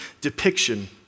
depiction